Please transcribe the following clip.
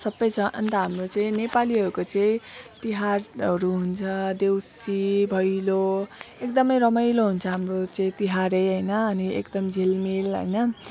सबै छ अन्त हाम्रो चाहिँ नेपालीहरूको चाहिँ तिहारहरू हुन्छ देउसी भैलो एकदम रमाइलो हुन्छ हाम्रो चाहिँ तिहार होइन अनि एकदम झिलमिल होइन